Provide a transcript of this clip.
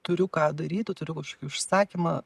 turiu ką daryti turiu kažkokį užsakymą